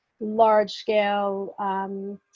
large-scale